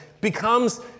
becomes